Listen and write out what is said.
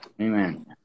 amen